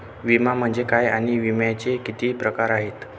विमा म्हणजे काय आणि विम्याचे किती प्रकार आहेत?